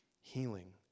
healing